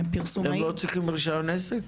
פרסומאים --- הם לא צריכים רישיון עסק?